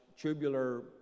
tubular